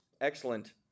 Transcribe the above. excellent